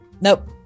Nope